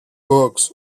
burghs